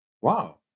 Wow